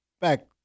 back